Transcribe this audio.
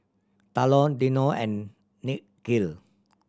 Talon Dino and Nikhil